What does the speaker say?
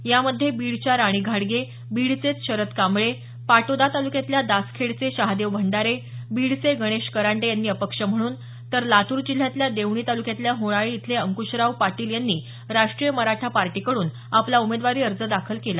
यामध्ये बीडच्या राणी घाडगे बीडचेच शरद कांबळे पाटोदा तालुक्यातल्या दासखेडचे शहादेव भंडारे बीडचे गणेश करांडे यांनी अपक्ष म्हणून तर लातूर जिल्ह्यातल्या देवणी तालुक्यातल्या होणाळी इथले अंकुशराव पाटील यांनी राष्ट्रीय मराठा पार्टीकडून आपला उमेदवारी अर्ज दाखल केला